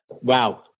Wow